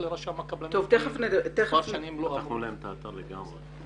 לרשם הקבלנים --- סגרו להם את האתר לגמרי.